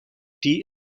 die